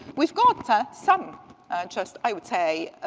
we've got but some just, i would say,